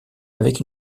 avec